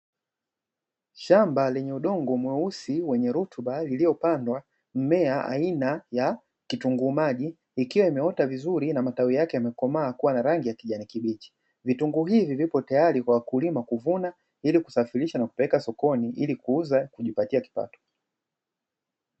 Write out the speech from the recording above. Shamba lenye udongo mweusi wenye rutuba iliyopandwa mimea aina ya kitunguu maji ikiwa imeota vizuri na matawi yake yamekomaa kuwa na rangi ya kijani kibichi, vitunguu hivi vipo tayari kwa wakulima kuvuna na ilikusafirisha na kupeleka sokoni kuuza ilikujipatia kipato.